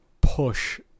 push